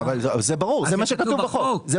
זה ברור, זה גם מה שכתוב בחוק.